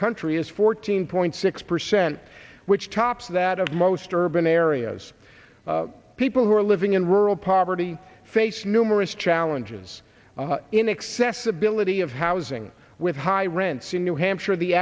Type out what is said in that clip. country is fourteen point six percent which tops that of most urban areas people who are living in rural poverty face numerous challenges inaccessibility of housing with high rents in new hampshire the